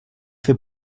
fer